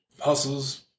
Hustles